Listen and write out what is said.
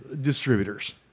distributors